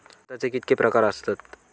खताचे कितके प्रकार असतत?